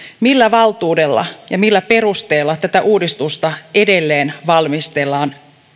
millä valtuudella ja millä perusteella tätä uudistusta edelleen valmistellaan